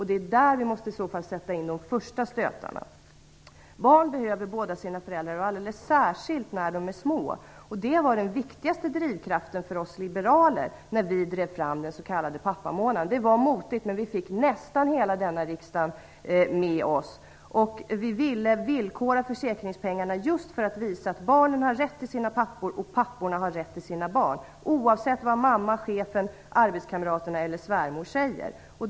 Det är där vi måste sätta in de första stötarna. Barn behöver båda sina föräldrar, särskilt när de är små. Det var den viktigaste drivkraften för oss liberaler när vi drev fram den s.k. pappamånaden. Det var motigt, men vi fick nästan hela riksdagen med oss. Vi ville villkora försäkringspengarna just för att visa att barnen har rätt till sina pappor och att papporna har rätt till sina barn - oavsett vad mamman, chefen, arbetskamraterna eller svärmodern säger.